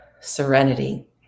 serenity